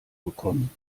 bekommen